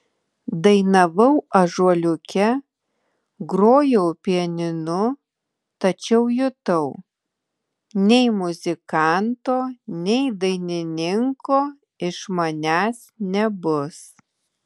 dainavau ąžuoliuke grojau pianinu tačiau jutau nei muzikanto nei dainininko iš manęs nebus